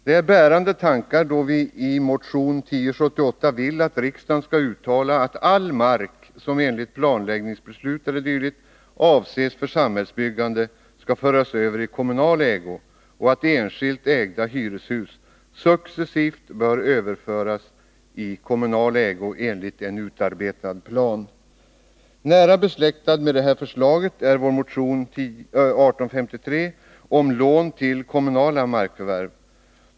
Detta är bärande tankar då vi i motion 1078 vill att riksdagen skall uttala att all mark som enligt planläggningsbeslut e. d. avses för samhällsbyggande, skall föras över i kommunal ägo och att enskilt ägda hyreshus successivt bör föras över i kommunal ägo enligt en utarbetad plan. Nära besläktad med detta förslag är vår motion 1853 om lån till kommunala markförvärv.